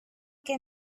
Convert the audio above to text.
que